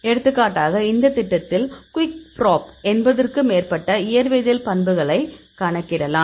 எடுத்துக்காட்டாக இந்த திட்டத்தில் கிக்பிராப் 80 க்கும் மேற்பட்ட இயற்வேதியியல் பண்புகளை கணக்கிடலாம்